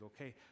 okay